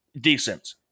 decent